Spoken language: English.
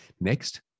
Next